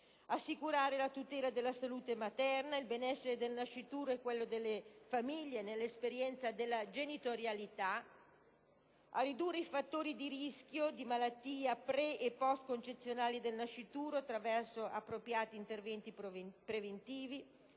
assicurare la tutela della salute materna, il benessere del nascituro e quello delle famiglie nell'esperienza della genitorialità; a ridurre i fattori di rischio di malattia pre e postconcezionali del nascituro attraverso appropriati interventi preventivi;